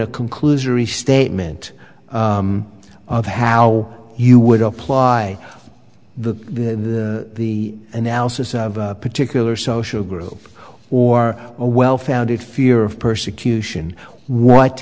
a conclusion restatement of how you would apply the the analysis of a particular social group or a well founded fear of persecution what